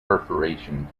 perforation